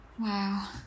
Wow